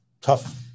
tough